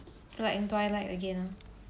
like in twilight again ah